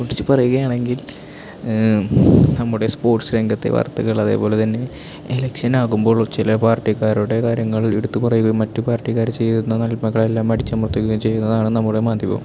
കുറച്ച് പറയുകയാണെങ്കിൽ നമ്മുടെ സ്പോർട്സ് രംഗത്തെ വാർത്തകൾ അതുപോലെതന്നെ ഇലക്ഷൻ ആകുമ്പോൾ ചില പാർട്ടിക്കാരുടെ കാര്യങ്ങളിൽ എടുത്തുപറയുകയും മറ്റു പാർട്ടിക്കാർ ചെയ്യുന്ന നന്മകളെല്ലാം അടിച്ചമർത്തുകയും ചെയ്യുന്നതാണ് നമ്മുടെ മാധ്യമം